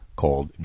called